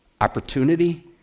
Opportunity